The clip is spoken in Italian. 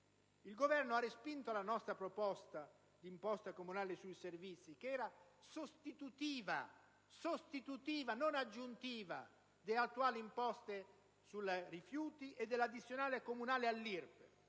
Il Governo ha respinto la nostra proposta di introduzione di una Imposta comunale sui servizi che era sostitutiva, non aggiuntiva, delle attuali imposte sui rifiuti e dell'addizionale comunale all'IRPEF,